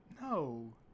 No